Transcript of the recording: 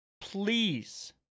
please